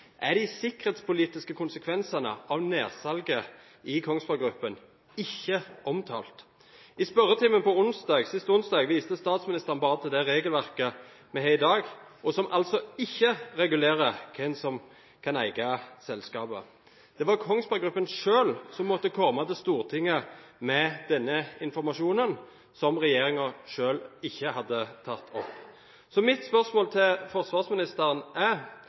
er de sikkerhetspolitiske konsekvensene av nedsalget i Kongsberg Gruppen ikke omtalt. I spørretimen sist onsdag viste statsministeren bare til det regelverket vi har i dag, og som altså ikke regulerer hvem som kan eie selskaper. Det var Kongsberg Gruppen selv som måtte komme til Stortinget med denne informasjonen som regjeringen ikke hadde tatt opp. Så mitt spørsmål til forsvarsministeren er: